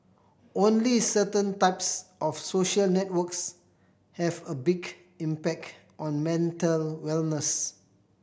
only certain types of social networks have a big impact on mental wellness